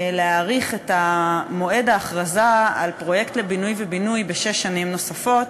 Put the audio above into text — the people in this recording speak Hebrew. להאריך את מועד ההכרזה על פרויקט לפינוי ובינוי בשש שנים נוספות,